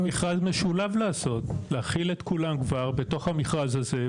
אולי אפשר לעשות משרד משולב; להכיל את כולם בתוך המכרז הזה,